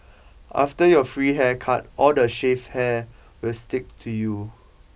after your free haircut all the shaved hair will stick to you